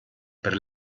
per